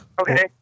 Okay